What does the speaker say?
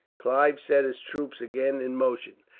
clive set his troops again in motion.